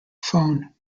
phone